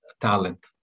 talent